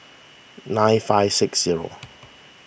nine five six zero